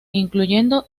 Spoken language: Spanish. incluyendo